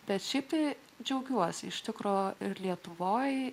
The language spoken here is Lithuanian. bet šiaip tai džiaugiuosi iš tikro ir lietuvoje